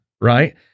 Right